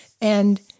And-